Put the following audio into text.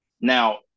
Now